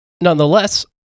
nonetheless